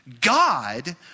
God